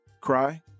Cry